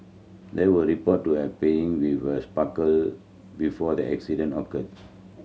they were reported to have playing with a sparkler before the accident occurred